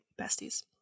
besties